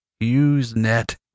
Usenet